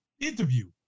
interview